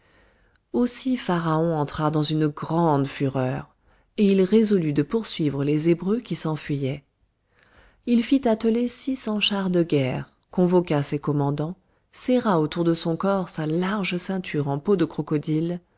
aussi pharaon entra dans une grande fureur et il résolut de poursuivre les hébreux qui s'enfuyaient il fit atteler six cents chars de guerre convoqua ses commandants serra autour de son corps sa large ceinture en peau de crocodile